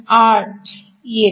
8 येते